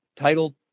titled